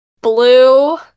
blue